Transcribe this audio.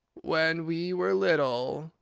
when we were little,